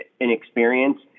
inexperience